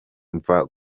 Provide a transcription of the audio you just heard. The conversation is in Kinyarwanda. mva